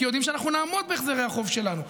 כי יודעים שאנחנו נעמוד בהחזרי החוב שלנו,